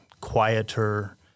quieter